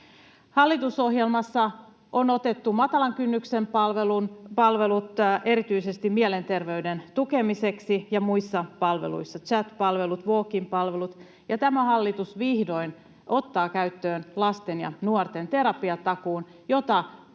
Hallitusohjelmassa on otettu matalan kynnyksen palvelut erityisesti mielenterveyden tukemiseksi ja muissa palveluissa chat-palvelut ja walk-in-palvelut, ja tämä hallitus vihdoin ottaa käyttöön lasten ja nuorten terapiatakuun, jota